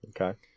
Okay